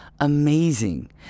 amazing